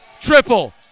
triple